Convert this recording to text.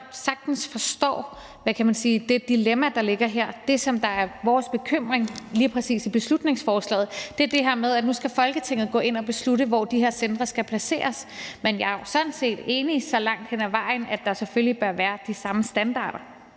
sagtens forstår det dilemma, der ligger her. Det, som er vores bekymring lige præcis i beslutningsforslaget, er det her med, at Folketinget nu skal gå ind og beslutte, hvor de her centre skal placeres. Men jeg er jo sådan set enig så langt hen ad vejen, at der selvfølgelig bør være de samme standarder.